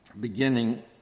beginning